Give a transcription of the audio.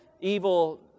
evil